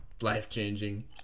Life-changing